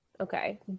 Okay